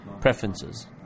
preferences